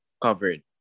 covered